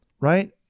right